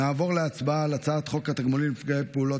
נעבור להצבעה על הצעת חוק התגמולים לנפגעי פעולות